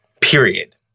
period